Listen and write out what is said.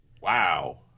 Wow